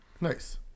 Nice